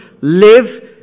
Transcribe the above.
live